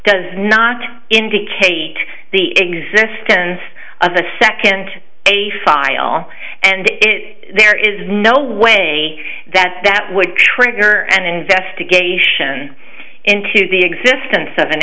does not indicate the turn of the second a file and there is no way that that would trigger an investigation into the existence of